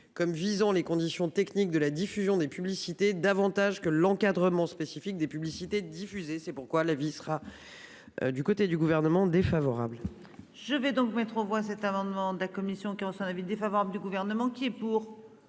Comme visant les conditions techniques de la diffusion des publicités davantage que l'encadrement spécifique des publicités diffusées, c'est pourquoi la vie sera. Du côté du gouvernement défavorable.